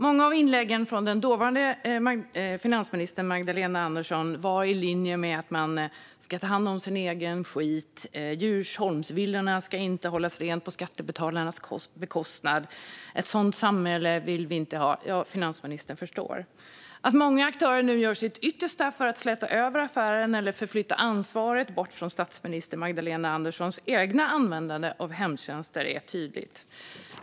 Många av inläggen från den dåvarande finansministern Magdalena Andersson var i linje med att man ska ta hand om sin egen skit, att Djursholmsvillorna inte ska hållas rena på skattebetalarnas bekostnad, att vi inte vill ha ett sådant samhälle - ja, Mikael Damberg förstår. Att många aktörer nu gör sitt yttersta för att släta över affären eller förflytta ansvaret bort från statsminister Magdalena Anderssons eget användande av hemtjänster är tydligt.